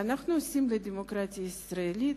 שאנו עושים בדמוקרטיה הישראלית,